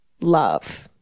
love